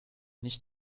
nicht